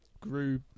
grew